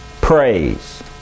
Praise